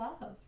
love